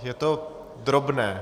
Je to drobné.